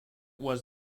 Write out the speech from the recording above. was